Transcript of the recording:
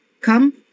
come